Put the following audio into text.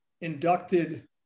inducted